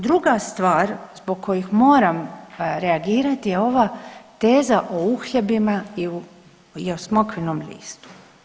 Druga stvar zbog kojih moram reagirati je ova teza o uhljebima i o smokvinom listu.